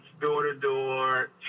door-to-door